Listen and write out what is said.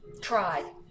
Try